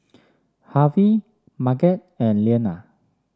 Harvy Marget and Leanna